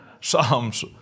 Psalms